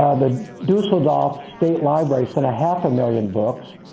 the dusseldorf state library sent a half a million books,